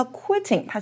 quitting